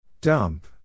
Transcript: Dump